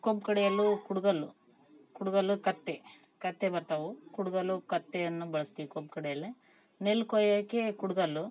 ಕಬ್ ಕಡಿಯಲು ಕುಡ್ಗೊಲ್ಲು ಕುಡ್ಗೊಲ್ಲು ಕತ್ತಿ ಕತ್ತಿ ಬರ್ತಾವೆ ಕುಡ್ಗೊಲ್ಲು ಕತ್ತಿಯನ್ನು ಬಳಸ್ತೀವ್ ಕಬ್ ಕಡಿಯಲು ನೆಲ್ಲು ಕೊಯ್ಯೋಕೆ ಕುಡ್ಗೊಲ್ಲು